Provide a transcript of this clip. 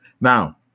Now